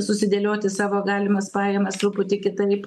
susidėlioti savo galimas pajamas truputį kitaip